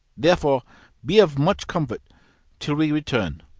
therefore be of much comfort till we return.